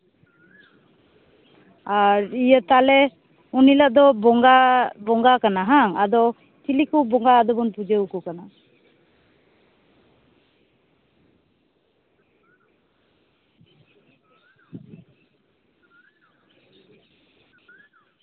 ᱟᱨ ᱤᱭᱟᱹ ᱛᱟᱦᱞᱮ ᱩᱱ ᱦᱤᱞᱟᱹᱜ ᱫᱚ ᱵᱚᱸᱜᱟ ᱵᱚᱸᱜᱟ ᱠᱟᱱᱟ ᱵᱟᱝ ᱟᱫᱚ ᱪᱤᱞᱤ ᱠᱚ ᱵᱚᱸᱜᱟ ᱟᱫᱚ ᱵᱚᱱ ᱯᱩᱡᱟᱹᱣᱟᱠᱚ ᱠᱟᱱᱟ